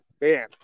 Man